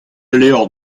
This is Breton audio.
levr